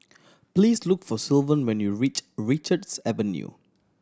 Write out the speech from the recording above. please look for Sylvan when you reach Richards Avenue